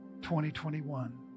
2021